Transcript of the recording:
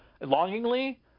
longingly